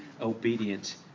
obedient